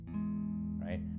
Right